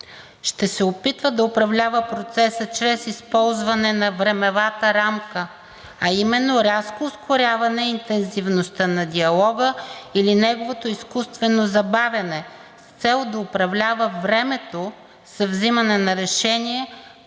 ще се опитва да управлява процеса чрез използване на времевата рамка, а именно рязко ускоряване интензивността на диалога или неговото изкуствено забавяне, с цел да управлява времето за взимане на решение